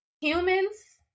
humans